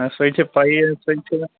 نہٕ سۅے چھِ پَیی اَسہِ سۅے چھِ